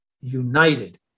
united